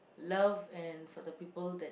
love and for the people that